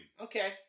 Okay